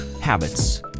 habits